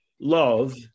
love